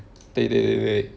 对对对对